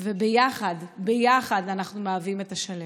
וביחד, ביחד אנחנו מהווים את השלם.